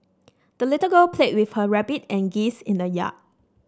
the little girl played with her rabbit and geese in the yard